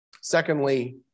secondly